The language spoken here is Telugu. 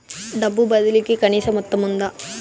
డబ్బు బదిలీ కి కనీస మొత్తం ఉందా?